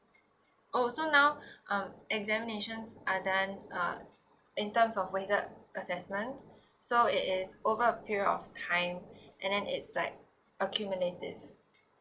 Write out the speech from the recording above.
oh so now uh examinations are done uh in terms of weighted assessment so it is over a period of time and then it's like accumulative